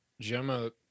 Gemma